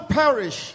perish